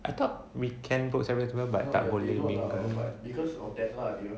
I thought we can book but tak boleh mingle